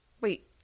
Wait